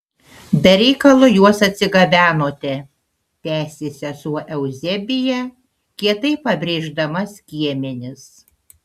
be reikalo juos atsigabenote tęsė sesuo euzebija kietai pabrėždama skiemenis